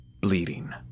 bleeding